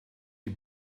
die